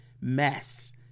mess